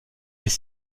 les